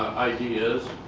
ideas.